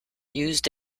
used